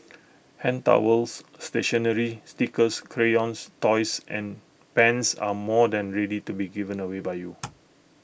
hand towels stationery stickers crayons toys and pens are more than ready to be given away by you